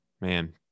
man